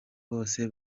bose